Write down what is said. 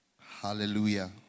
Hallelujah